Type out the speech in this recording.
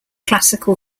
classical